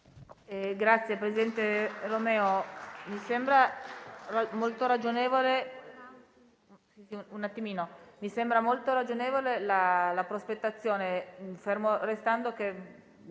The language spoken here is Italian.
Presidente Romeo, mi sembra molto ragionevole la sua prospettazione, fermo restando che